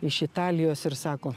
iš italijos ir sako